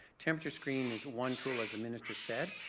temperature screen is one tool, as the minister said.